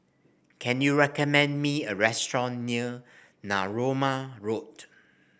can you recommend me a restaurant near Narooma Road